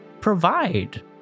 provide